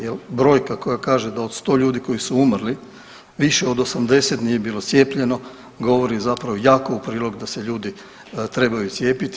Jer brojka koja kaže da od sto ljudi koji su umrli više od 80 nije bilo cijepljeno govori zapravo jako u prilog da se ljudi trebaju cijepiti.